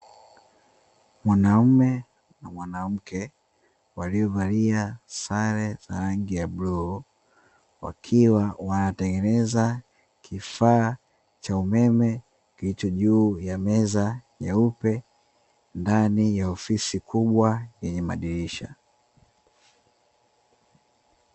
Mwanaume na mwanamke waliovalia sare ya rangi za bluu, wakiwa wanatengeneza kifaa cha umeme kilicho juu ya meza nyeupe ndani ya ofisi kubwa yenye madirisha.